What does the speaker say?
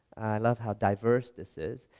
i love how diverse this is,